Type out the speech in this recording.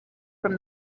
from